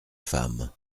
femme